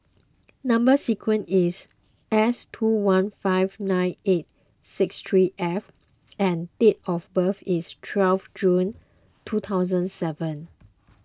Number Sequence is S two one five nine eight six three F and date of birth is twelve June two thousand seven